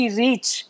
reach